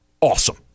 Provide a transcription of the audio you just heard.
awesome